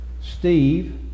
Steve